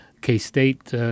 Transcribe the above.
K-State